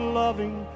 loving